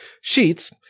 sheets